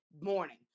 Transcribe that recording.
morning